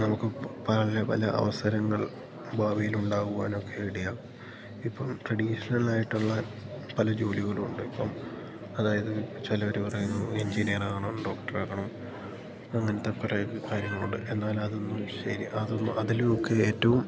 നമുക്ക് പല പല അവസരങ്ങൾ ഭാവിയിലുണ്ടാകുവാനൊക്കെ ഇടയാകും ഇപ്പം ട്രഡീഷ്ണൽ ആയിട്ടുള്ള പല ജോലികളുമുണ്ട് ഇപ്പം അതായത് ചിലവർ പറയുന്നു എഞ്ചിനീയർ ആവണം ഡോക്ട്ര് ആവണം അങ്ങനെത്തെ കുറേ കാര്യങ്ങളുണ്ട് എന്നാൽ അതൊന്നും ശരി അതൊന്നും അതിലുവൊക്കെ ഏറ്റവും